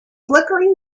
flickering